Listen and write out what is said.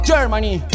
Germany